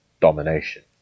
domination